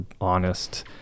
honest